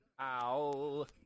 Ow